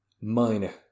minor